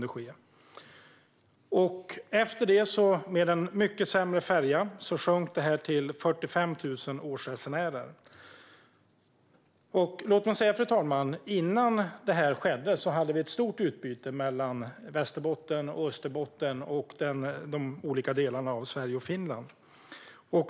Efter inträdet, med en mycket sämre färja, sjönk antalet resande till 45 000 årsresenärer. Låt mig säga, fru talman, att innan detta skedde var det ett stort utbyte mellan Västerbotten och Österbotten, de olika delarna av Sverige och Finland.